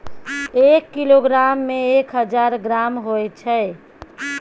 एक किलोग्राम में एक हजार ग्राम होय छै